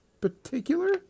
particular